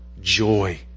joy